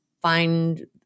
find